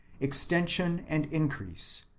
extension and increase,